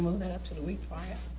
that up to the week prior?